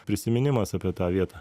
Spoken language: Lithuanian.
prisiminimas apie tą vietą